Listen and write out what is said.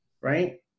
right